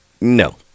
No